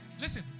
Listen